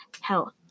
health